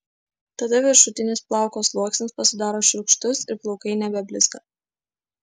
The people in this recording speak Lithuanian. tada viršutinis plauko sluoksnis pasidaro šiurkštus ir plaukai nebeblizga